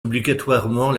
obligatoirement